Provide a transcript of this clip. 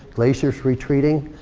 glaciers retreating.